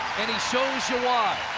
and he shows you why.